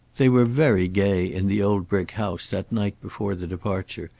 they were very gay in the old brick house that night before the departure,